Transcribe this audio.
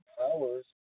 powers